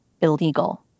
illegal